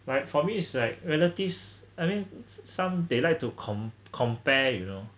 like for me is like relatives I mean so~ some they like to com~ compare you know